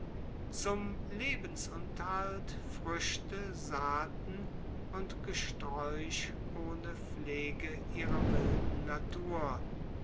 zum lebensunterhalt früchte saaten und gesträuch ohne pflege ihrer wilden natur